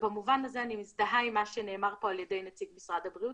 ומובן הזה אני מזדהה עם מה שנאמר פה על ידי נציג משרד הבריאות,